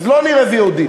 אז לא נראה VOD,